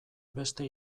beste